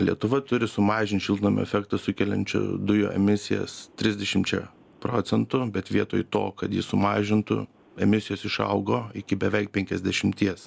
lietuva turi sumažint šiltnamio efektą sukeliančių dujų emisijas trisdešimčia procentų bet vietoj to kad jį sumažintų emisijos išaugo iki beveik penkiasdešimties